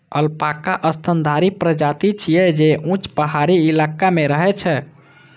alpaca स्तनधारी प्रजाति छियै, जे ऊंच पहाड़ी इलाका मे रहै छै